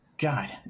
god